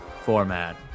format